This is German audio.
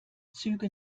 züge